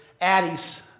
Addie's